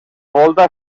volta